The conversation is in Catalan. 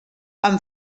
amb